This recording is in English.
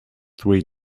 three